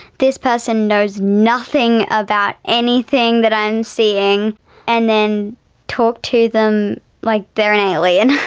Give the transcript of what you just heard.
this person knows nothing about anything that i'm seeing and then talk to them like they're an alien.